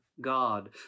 God